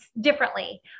differently